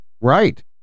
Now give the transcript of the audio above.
right